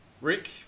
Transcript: Rick